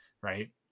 Right